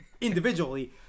individually